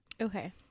Okay